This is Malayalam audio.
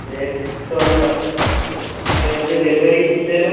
നേരിട്ട് വന്ന് അല്ലാണ്ട് ഡെലിവറി ഇല്ലാലോ